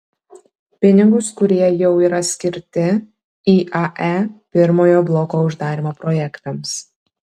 pinigus kurie jau yra skirti iae pirmojo bloko uždarymo projektams